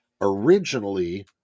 originally